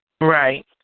Right